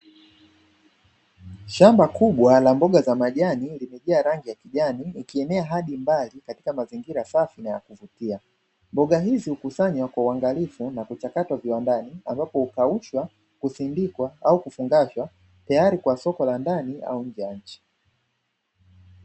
Shamba kubwa la mboga za majani limejaa rangi ya kijani likienea hadi mbali katika mazingira safi na ya kuvutia, mboga hizi ukusanya kwa uangalifu na kuchakatwa viwandani ambapo ukaushwa, kuzindikwa au kufungashwa tayari kwa soko la ndani au nje ya nchi.